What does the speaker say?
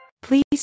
Please